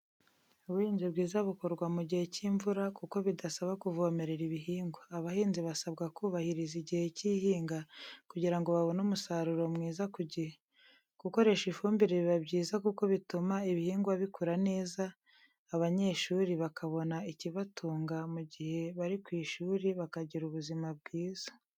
Ubuhinzi bwiza bukorwa mu gihe cy'imvura kuko bidasaba kuvomerera ibihigwa. Abahinzi basabwa kubahiriza igihe cy'ihinga kugira ngo babone umusaruro mwiza ku gihe. Gukoresha ifumbire biba byiza kuko bituma ibihigwa bikura neza abanyeshuri bakabona ikibatunga mu gihe bari ku ishuri bakagira ubuzima bwiza.